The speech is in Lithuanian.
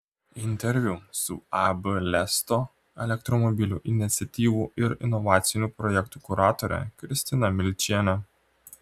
interviu su ab lesto elektromobilių iniciatyvų ir inovacinių projektų kuratore kristina milčiene